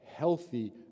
healthy